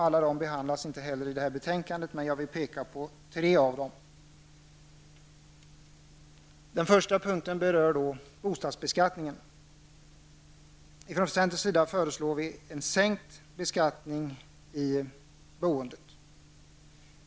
Alla behandlas inte heller i betänkandet, men jag vill peka på tre av dem. Den första punkten berör bostadsbeskattningen. Från centerns sida föreslår vi en sänkt beskattning i boendet.